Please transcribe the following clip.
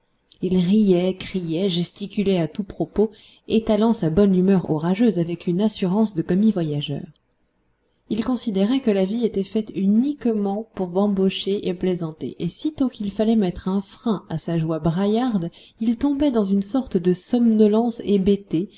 il riait criait gesticulait à tout propos étalant sa bonne humeur orageuse avec une assurance de commis-voyageur il considérait que la vie était faite uniquement pour bambocher et plaisanter et sitôt qu'il fallait mettre un frein à sa joie braillarde il tombait dans une sorte de somnolence